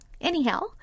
Anyhow